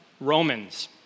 Romans